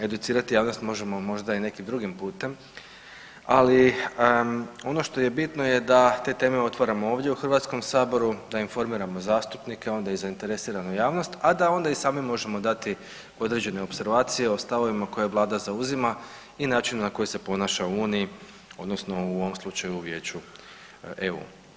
Educirati javnost možemo možda i nekim drugim putem, ali ono što je bitno da te teme otvaramo ovdje u Hrvatskom saboru, da informiramo zastupnike, onda i zainteresiranu javnost a da onda i sami možemo dati određene opservacije o stavovima koje Vlada zauzima i načinu na koji se ponaša u Uniji, odnosno u ovom slučaju u Vijeću EU.